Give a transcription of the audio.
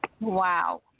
Wow